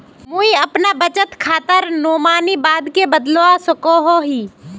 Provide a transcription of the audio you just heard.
मुई अपना बचत खातार नोमानी बाद के बदलवा सकोहो ही?